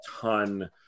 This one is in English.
ton